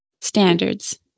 standards